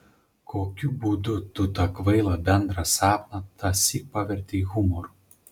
kokiu būdu tu tą kvailą bendrą sapną tąsyk pavertei humoru